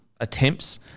attempts